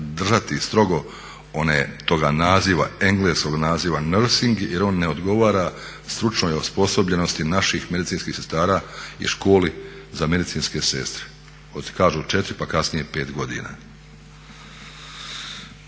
držati strogo toga naziva, engleskog naziva nursing jer on ne odgovara stručnoj osposobljenosti naših medicinskih sestara i školi za medicinske sestre, kažu 4 pa kasnije 5 godina.